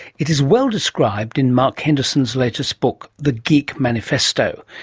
it is well described in mark henderson's latest book the geek manifesto.